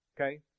okay